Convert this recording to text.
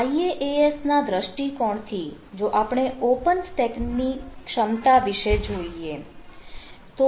IaaS ના દ્રષ્ટીકોણ થી જો આપણે ઓપન સ્ટેક ની ક્ષમતા વિષય જોઈએ